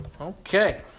Okay